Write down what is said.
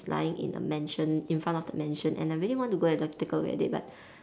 lying in the mansion in front of the mansion and I really want to go and take a look at it but